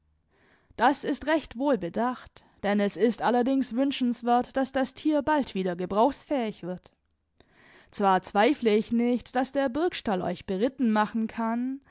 das ist recht wohl bedacht denn es ist allerdings wünschenswert daß das tier bald wieder gebrauchsfähig wird zwar zweifle ich nicht daß der burgstall euch beritten machen kann